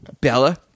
Bella